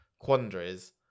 quandaries